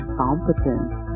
competence